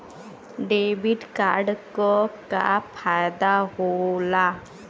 Debit card क का फायदा हो ला?